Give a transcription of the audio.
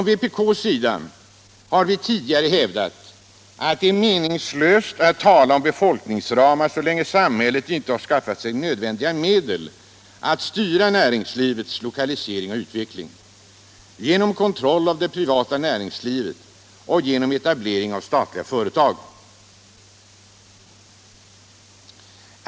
Vpk har redan tidigare hävdat att det är meningslöst att tala om befolkningsramar så länge samhället inte har skaffat sig nödvändiga medel för att styra näringslivets lokalisering och utveckling genom kontroll av det privata näringslivet och genom etablering av statliga företag.